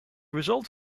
result